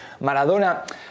Maradona